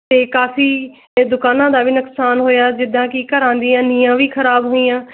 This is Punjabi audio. ਅਤੇ ਕਾਫੀ ਇਹ ਦੁਕਾਨਾਂ ਦਾ ਵੀ ਨੁਕਸਾਨ ਹੋਇਆ ਜਿੱਦਾਂ ਕਿ ਘਰਾਂ ਦੀਆਂ ਨੀਂਹਾਂ ਵੀ ਖਰਾਬ ਹੋਈਆਂ